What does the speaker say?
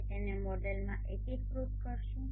આપણે તેને મોડેલમાં એકીકૃત કરીશું